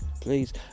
please